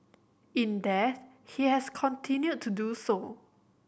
in death he has continued to do so